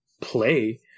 play